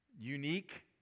unique